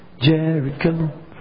Jericho